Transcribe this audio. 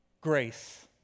grace